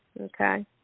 Okay